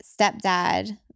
stepdad